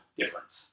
difference